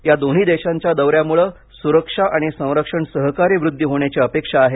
या दोन्ही देशांच्या दौऱ्यामुळे सुरक्षा आणि संरक्षण सहकार्य वृद्धी होण्याची अपेक्षा आहे